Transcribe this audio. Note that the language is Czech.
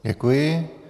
Děkuji.